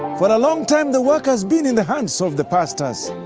for a long time the work has been in the hands of the pastors,